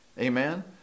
amen